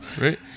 right